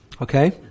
Okay